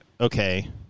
okay